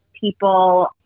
people